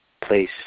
place